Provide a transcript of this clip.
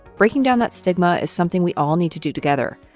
breaking down that stigma is something we all need to do together.